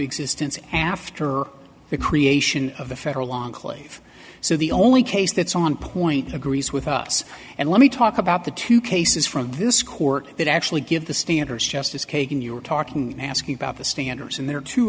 existence after the creation of the federal long clave so the only case that's on point agrees with us and let me talk about the two cases from this court that actually give the standards justice kagan you were talking asking about the standards and there are two